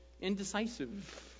indecisive